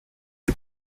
och